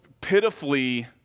pitifully